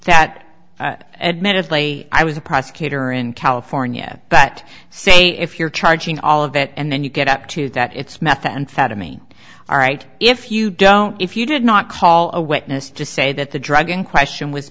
that admittedly i was a prosecutor in california but say if you're charging all of it and then you get up to that it's methamphetamine all right if you don't if you did not call a witness to say that the drug in question w